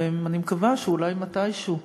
ואני מקווה, שאולי מתישהו,